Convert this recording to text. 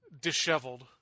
disheveled